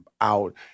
out